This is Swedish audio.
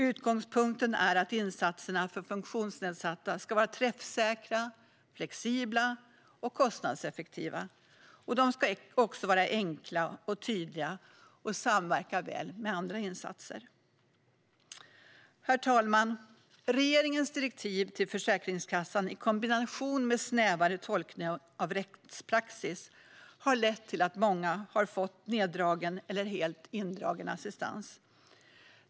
Utgångspunkten är att insatserna för funktionsnedsatta ska vara träffsäkra, flexibla och kostnadseffektiva. De ska också vara enkla och tydliga och samverka väl med andra insatser. Herr talman! Regeringens direktiv till Försäkringskassan i kombination med snävare tolkning av rättspraxis har lett till att många har fått neddragen eller helt indragen assistans.